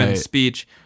speech